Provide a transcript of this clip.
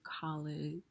college